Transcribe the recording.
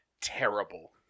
terrible